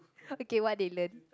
okay what they learn